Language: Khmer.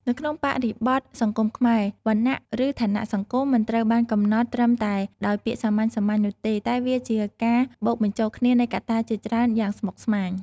នៅក្នុងបរិបទសង្គមខ្មែរ វណ្ណៈ ឬឋានៈសង្គមមិនត្រូវបានកំណត់ត្រឹមតែដោយពាក្យសាមញ្ញៗនោះទេ តែវាជាការបូកបញ្ចូលគ្នានៃកត្តាជាច្រើនយ៉ាងស្មុគស្មាញ។